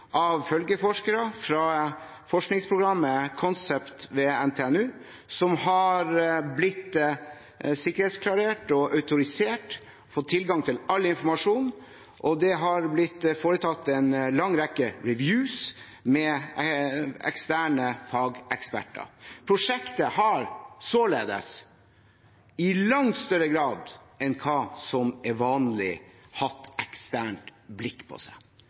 av følgeforskere fra forskningsprogrammet Concept ved NTNU, som har blitt sikkerhetsklarert og autorisert – man har fått tilgang til all informasjon. Det har blitt foretatt en lang rekke «reviews» av eksterne fageksperter. Prosjektet har således i langt større grad enn hva som er vanlig, hatt eksternt blikk på seg.